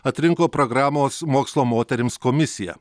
atrinko programos mokslo moterims komisija